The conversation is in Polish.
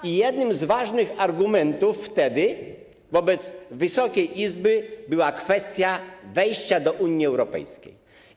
Wtedy jednym z ważnych argumentów wobec Wysokiej Izby była kwestia wejścia do Unii Europejskiej.